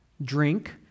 drink